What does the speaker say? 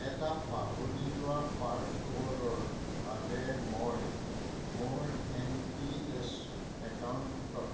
এটা পাহৰি যোৱা পাছৱৰ্ডৰ বাবে মই মোৰ এন পি এছ একাউণ্টত